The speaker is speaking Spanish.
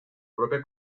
propia